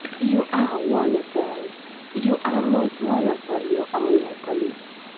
you are wonnerful you are mos' wonnerful, you anglais poliss.